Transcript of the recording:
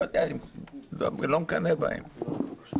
זאת אומרת,